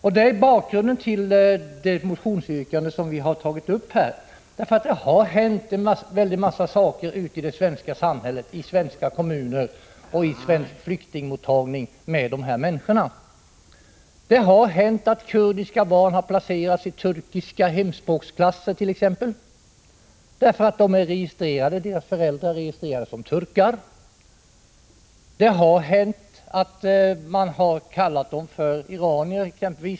Detta är bakgrunden till vårt motionsyrkande. Det har hänt en mängd saker ute i det svenska samhället, i svenska kommuner och i svensk flyktingmottagning, med dessa människor. Det har t.ex. hänt att kurdiska barn har placerats i turkiska hemspråksklasser därför att deras föräldrar är registrerade som turkar. Det har hänt att man kallat dem för exempelvis iranier.